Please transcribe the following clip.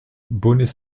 bonnet